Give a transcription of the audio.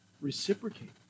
Reciprocate